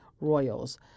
royals